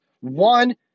one